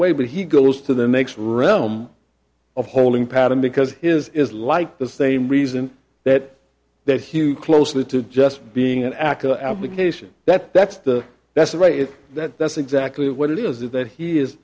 way but he goes to the next realm of holding pattern because his is like the same reason that they're huge closely to just being an actor avocation that that's the that's the right if that's exactly what it is that he is